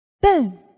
boom